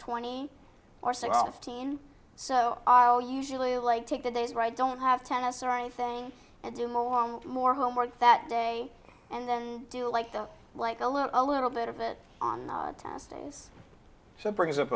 fifteen so are all usually like take the days right don't have tennis or anything and do more and more homework that day and then do like the like a little a little bit of it on the testings so brings up